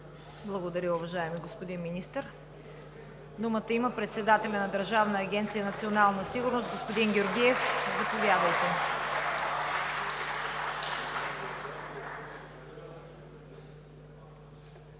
Благодаря, уважаеми господин Министър. Думата има председателят на Държавна агенция „Национална сигурност“ господин Георгиев – заповядайте.